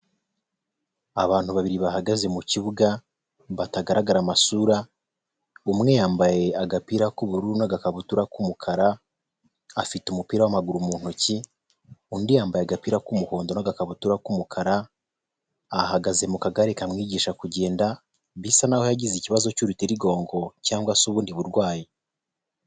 Abantu babiri bahagaze mu kibuga batagaragara amasura, umwe yambaye agapira k'ubururu n'agakabutura k'umukara afite umupira w'amaguru mu ntoki, undi yambaye agapira k'umuhondo n'akabutura k'umukara ahagaze mu kagare kamwigisha kugenda bisa naho yagize ikibazo cy'urutirigongo cyangwa se ubundi burwayi.